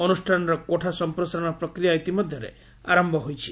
ଅନୁଷ୍ଠାନର କୋଠା ସଂପ୍ରସାରଣ ପ୍ରକ୍ରିୟା ଇତିମଧ୍ଧରେ ଆର ହୋଇଛି